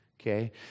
Okay